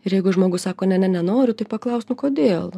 ir jeigu žmogus sako ne ne nenoriu tai paklausk nu kodėl